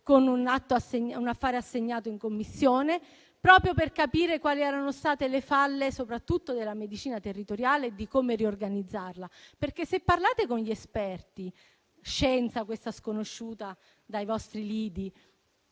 con un affare assegnato in Commissione, proprio per capire quali erano state le falle, soprattutto della medicina territoriale, e come riorganizzarla. Scienza: una questa sconosciuta nei vostri lidi.